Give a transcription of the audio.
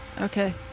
Okay